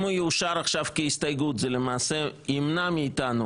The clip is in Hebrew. אם הוא יאושר עכשיו כהסתייגות זה למעשה ימנע מאיתנו